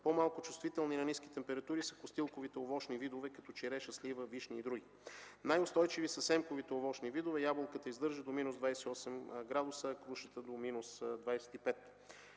По-малко чувствителни на ниски температури са костилковите овощни видове като череша, вишна, слива и други. Най-устойчиви са семковите овощни видове. Ябълката издържа до минус 28 градуса, а крушата – до минус 25